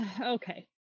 Okay